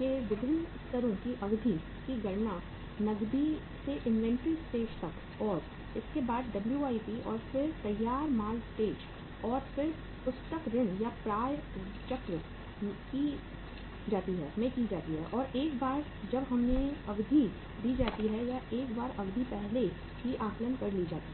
के विभिन्न स्तरों की अवधि की गणना नकदी से इन्वेंट्री स्टेज तक और उसके बाद डब्ल्यूआईपी WIP और फिर तैयार माल स्टेज और फिर पुस्तक ऋण या प्राप्य चरण में की जाती है और एक बार जब हमें अवधि दी जाती है या एक बार अवधि पहले ही आकलन कर ली जाती है